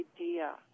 idea